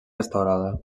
restaurada